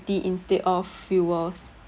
instead of fuels